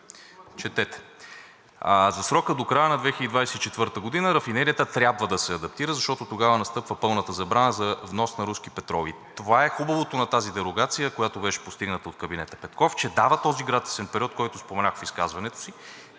четете! А за срока до края на 2024 г. рафинерията трябва да се адаптира, защото тогава настъпва пълната забрана за внос на руски петрол. И това е хубавото на тази дерогация, която беше постигната от кабинета Петков, че дава този гратисен период, който споменах в изказването си,